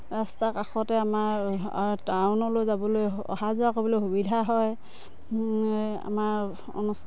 ৰাস্তা কাষতে আমাৰ টাউনলৈ যাবলৈ অহা যোৱা কৰিবলৈ সুবিধা হয় আমাৰ অনুচ